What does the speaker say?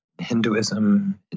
Hinduism